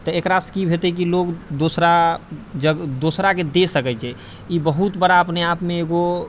तऽ एकरासँ कि हेतै कि लोग दोसरा जग दोसराके दे सकै छै ई बहुत बड़ा अपने आपमे एगो